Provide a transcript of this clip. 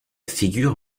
figure